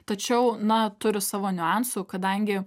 tačiau na turi savo niuansų kadangi